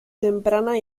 temprana